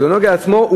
כשזה נוגע לו עצמו,